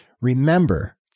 Remember